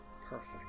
perfect